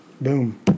Boom